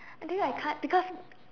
I tell you I can't because